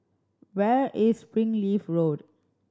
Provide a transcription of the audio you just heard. where is Springleaf Road